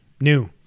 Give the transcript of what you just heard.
new